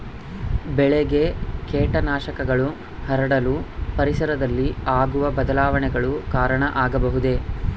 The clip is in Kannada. ಬೆಳೆಗೆ ಕೇಟನಾಶಕಗಳು ಹರಡಲು ಪರಿಸರದಲ್ಲಿ ಆಗುವ ಬದಲಾವಣೆಗಳು ಕಾರಣ ಆಗಬಹುದೇ?